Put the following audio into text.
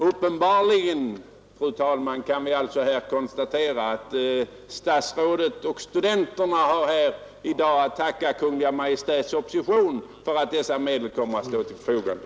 Uppenbarligen kan vi här konstatera att statsrådet och studenterna i dag har Kungl. Maj:ts opposition att tacka för att dessa medel kommer att stå till förfogande.